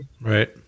Right